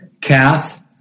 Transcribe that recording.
Kath